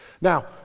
Now